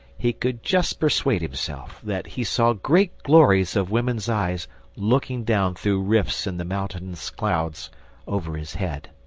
he could just persuade himself that he saw great glories of woman's eyes looking down through rifts in the mountainous clouds over his head.